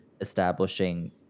establishing